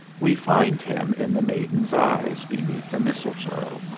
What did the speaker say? we find him in the maiden's eyes beneath the mistletoe,